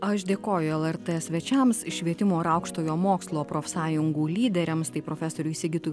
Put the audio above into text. aš dėkoju lrt svečiams švietimo ir aukštojo mokslo profsąjungų lyderiams tai profesoriui sigitui